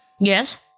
Yes